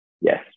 Yes